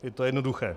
Je to jednoduché.